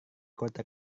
kota